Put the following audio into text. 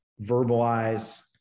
verbalize